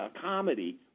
comedy